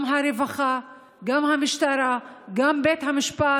גם הרווחה, גם המשטרה, גם בית המשפט,